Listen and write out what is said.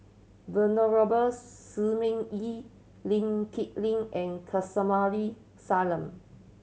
Venerable Shi Ming Yi Lee Kip Lin and Kamsari Salam